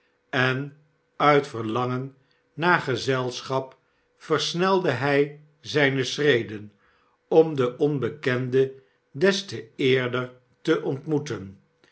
en uit verlangen naar gezelschap versnelde hij zijne schreden om den onbekende des te eerder te ontmoeten